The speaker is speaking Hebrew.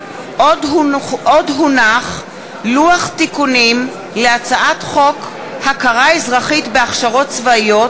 לוח תיקונים להצעת חוק הכרה אזרחית בהכשרות צבאיות,